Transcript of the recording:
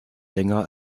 länger